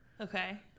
Okay